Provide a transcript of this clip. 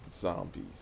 zombies